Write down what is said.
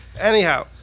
Anyhow